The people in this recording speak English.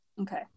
Okay